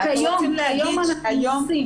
שכיום אנחנו עושים.